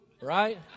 right